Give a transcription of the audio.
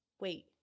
wait